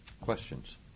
Questions